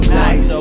nice